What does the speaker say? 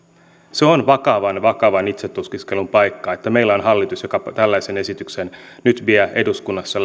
se on vakavan vakavan itsetutkiskelun paikka että meillä on hallitus joka tällaisen esityksen nyt vie eduskunnassa